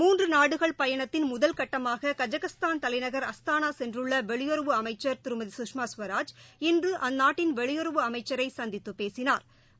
மூன்றுநாடுகள் பயணத்தின் முதல் கட்டமாககஐகஸ்தான் தலைநகர் அஸ்தானாசென்றுள்ளவெளியுறவு அமைச்சர் திருமதி சுஷ்மாசுவராஜ் இன்றுஅந்நாட்டின் வெளியுறவு அமைச்சரைசந்தித்துபேசினாா்